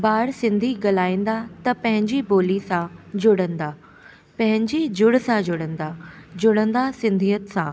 ॿार सिंधी ॻाल्हाईंदा त पंहिंजी ॿोली सां जुड़ंदा पंहिंजी जड़ सां जुड़ंदा जुड़ंदा सिंधियत सां